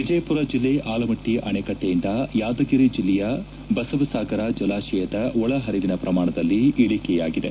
ವಿಜಯಪುರ ಜೆಲ್ಲೆ ಆಲಮಟ್ಟಿ ಆಣೆಕಟ್ಟೆಯಿಂದ ಯಾದಗಿರಿ ಜೆಲ್ಲೆಯ ಬಸವಸಾಗರ ಜಲಾಶಯದ ಒಳಪರಿವಿನ ಪ್ರಮಾಣದಲ್ಲಿ ಇಳಿಕೆಯಾಗಿದೆ